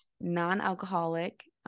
non-alcoholic